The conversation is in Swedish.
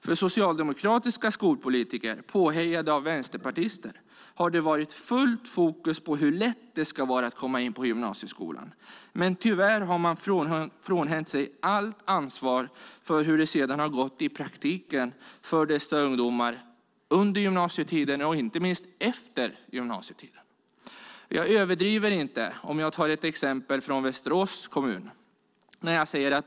För socialdemokratiska skolpolitiker påhejade av vänsterpartister har det varit fullt fokus på hur lätt det ska vara att komma in på gymnasieskolan, men tyvärr har man frånhänt sig allt ansvar för hur det sedan har gått i praktiken för dessa ungdomar under gymnasietiden och inte minst efter gymnasietiden. Jag överdriver inte när jag tar ett exempel från Västerås kommun.